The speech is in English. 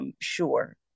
Sure